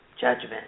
judgment